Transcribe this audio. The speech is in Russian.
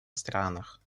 странах